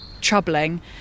troubling